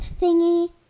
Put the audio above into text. thingy